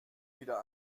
wieder